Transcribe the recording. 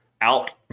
out